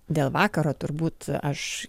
dėl vakaro turbūt aš